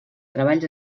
treballs